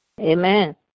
Amen